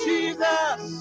Jesus